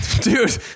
Dude